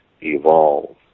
Evolve